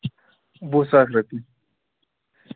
وُہ ساس رۄپیہِ